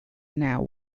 now